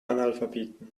analphabeten